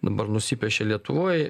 dabar nusipiešė lietuvoj